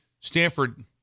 Stanford